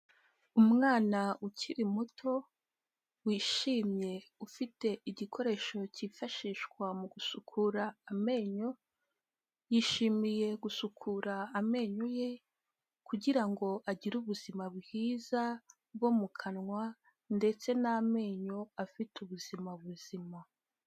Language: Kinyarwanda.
Umwana ukiri muto, wishimye, ufite igikoresho cyifashishwa mu gusukura amenyo, yishimiye gusukura amenyo ye, kugira ngo agire ubuzima bwiza, bwo mu kanwa, ndetse n'amenyo afite ubuzima buzima.